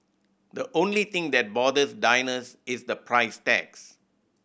the only thing that bothers diners is the price tags